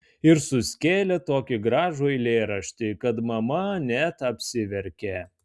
ir suskėlė tokį gražų eilėraštį kad mama net apsiverkė